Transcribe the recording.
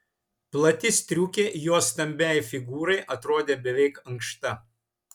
plati striukė jos stambiai figūrai atrodė beveik ankšta